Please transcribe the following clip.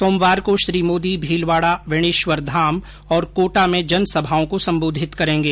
सोमवार को श्री मोदी भीलवाड़ा बेणेश्वरधाम और कोटा में जनसभाओं को सम्बोधित करेंगे